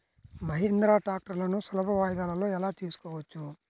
మహీంద్రా ట్రాక్టర్లను సులభ వాయిదాలలో ఎలా తీసుకోవచ్చు?